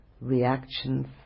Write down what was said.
reactions